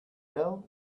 fell